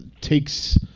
takes